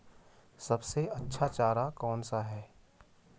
सबसे अच्छा चारा कौन सा है?